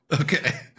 okay